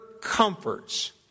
comforts